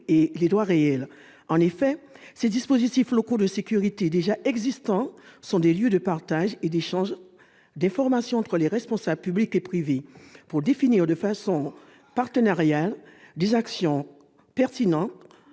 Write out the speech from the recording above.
et les droits réels. En effet, ces dispositifs locaux de sécurité existants sont des lieux de partage et d'échange d'informations entre les responsables publics et privés pour définir de façon partenariale des plans d'action pertinents,